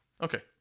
okay